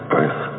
earth